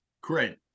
great